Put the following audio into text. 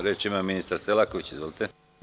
Reč ima ministar Selaković, izvolite.